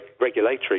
regulatory